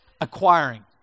Acquiring